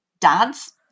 dads